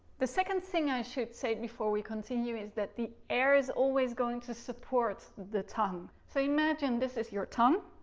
the second thing i should say before we continue is that the air is always going to support the tongue. so imagine this is your tongue.